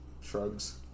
Shrugs